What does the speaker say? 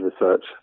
research